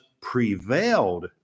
prevailed